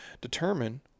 determine